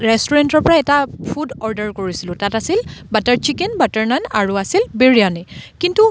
ৰেষ্টুৰেণ্টৰ পৰা এটা ফুড অৰ্ডাৰ কৰিছিলোঁ তাত আছিল বাটাৰ চিকেন বাটাৰ নান আৰু আছিল বিৰিয়ানী কিন্তু